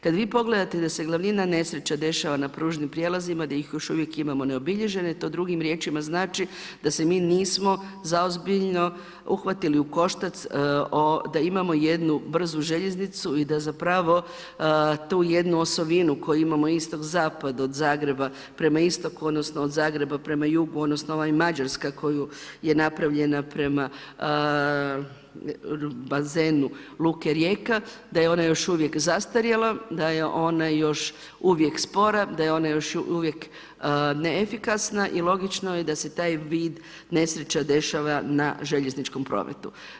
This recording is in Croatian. Kad vi pogledate da se glavnina nesreća dešava na pružnim prijelazima gdje ih još uvijek imamo neobilježene, to drugim riječima znači da se mi nismo zaozbiljno uhvatili u koštac da imamo jednu brzu željeznicu i da zapravo tu jednu osovinu koju imamo istok-zapad od Zagreba prema istoku, odnosno od Zagreba prema jugu, odnosno ova Mađarska koja je napravljena prema bazenu luke Rijeka da je ona još uvijek zastarjela, da je ona još uvijek spora, da je ona još uvijek neefikasna i logično je da se taj vid nesreća dešava na željezničkom prometu.